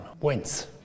wins